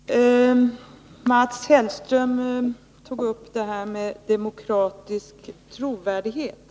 Herr talman! Mats Hellström tog upp det här med demokratisk trovärdighet.